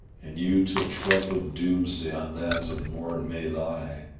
and you till trump of doomsday on lands of morn may lie,